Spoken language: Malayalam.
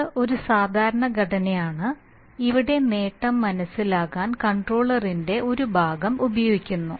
ഇത് ഒരു സാധാരണ ഘടനയാണ് ഇവിടെ നേട്ടം മനസിലാക്കാൻ കൺട്രോളറിന്റെ ഒരു ഭാഗം ഉപയോഗിക്കുന്നു